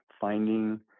finding